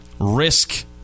risk –